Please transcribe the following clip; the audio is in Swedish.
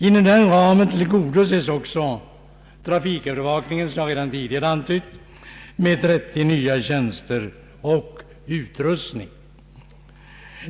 Inom den ramen tillförs trafikövervakningen, som jag tidigare antytt, 30 nya tjänster samt utrustning.